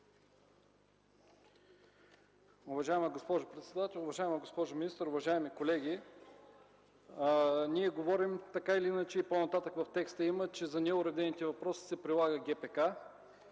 Уважаема госпожо председател, уважаема госпожо министър, уважаеми колеги, така или иначе по-нататък в текста има, че за неуредените въпроси се прилага ГПК.